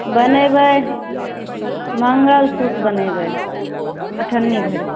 बनैबै मङ्गलसूत्र बनैबै अठन्नी भैरि